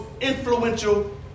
influential